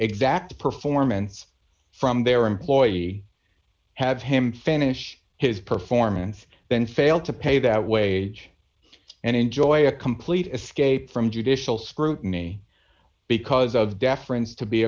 exact performance from their employee have him finish his performance then fail to pay that wage and enjoy a complete escape from judicial scrutiny because of deference to be